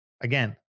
again